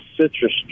citrus